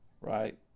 Right